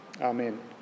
Amen